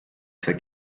zwei